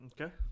Okay